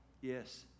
yes